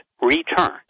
returned